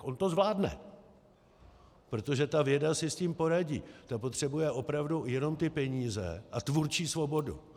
On to zvládne, protože ta věda si s tím poradí, ta potřebuje opravdu jenom peníze a tvůrčí svobodu.